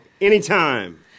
Anytime